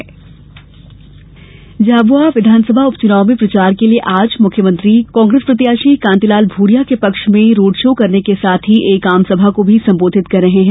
कमलनाथ प्रवास झाबुआ विधानसभा उपचुनाव में प्रचार के लिए आज मुख्यमंत्री कांग्रेस प्रत्याशी कांतिलाल भूरिया के पक्ष में रोड शो करने के साथ ही एक आमसभा को संबोधित कर रहे हैं